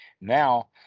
now